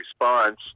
response